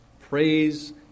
Praise